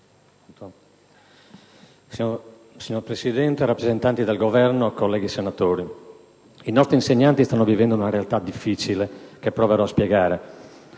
Signor Presidente, rappresentanti del Governo, colleghi senatori, i nostri insegnanti stanno vivendo una realtà difficile, che proverò a spiegare.